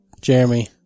Jeremy